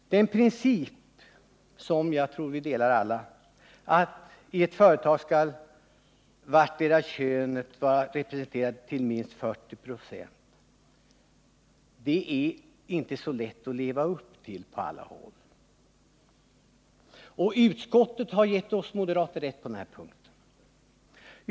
Den princip som jag tror alla delar, att i ett företag skall vartdera könet vara representerat till minst 40 96, är det inte så lätt att leva upp till på alla håll. Utskottet har gett oss moderater rätt på den punkten.